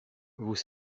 vous